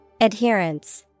Adherence